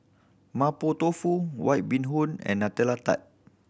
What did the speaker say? Mapo Tofu White Bee Hoon and tart